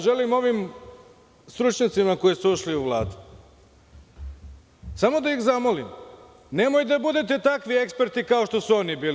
Želim ovim stručnjacima koji su ušli u Vladu, samo da ih zamolim – nemojte da budete takvi eksperti, kao što su ovi bili.